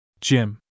Jim